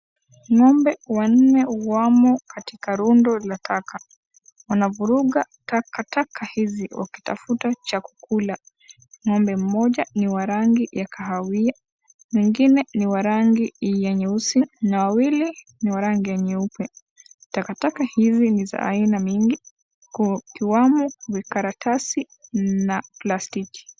Ng'ombe wanne wamo kayika rundo la taka, wanavuruga takataka hizi wakitafuta cha kukula. Ng'ombe moja ni wa rangi ya kahawia na ingine ni wa rangi nyeusi na wawili ni wa rangi ya nyeupe. Takataka hizi ni za sina tofauti zikiwamo maratasi na (cs) plastiki